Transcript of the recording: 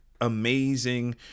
amazing